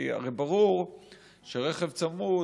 כי הרי ברור שרכב צמוד,